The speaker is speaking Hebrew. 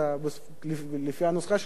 ולפי הנוסחה של דב חנין,